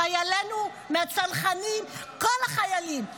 חיילנו מהצנחנים וכל החיילים,